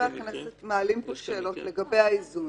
שחברי הכנסת מעלים פה שאלות לגבי האיזון.